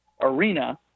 arena